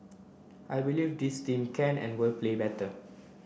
I believe this team can and will play better